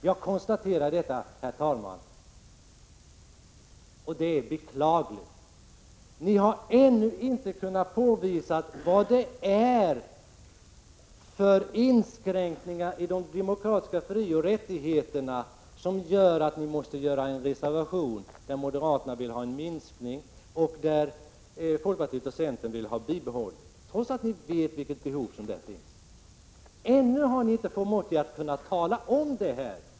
Jag konstaterar detta, och det är beklagligt. Ni har ännu inte kunnat påvisa vad det är för inskränkningar av de demokratiska frioch rättigheterna som gör att ni måste reservera er — moderaterna vill ha en minskning och folkpartiet och centern vill ha bibehållet anslag — trots att ni vet vilket behov som där finns. Ännu har ni inte förmått att tala om detta.